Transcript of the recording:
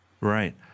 Right